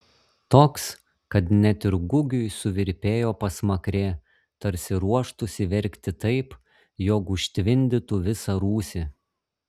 toks kad net ir gugiui suvirpėjo pasmakrė tarsi ruoštųsi verkti taip jog užtvindytų visą rūsį